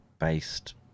based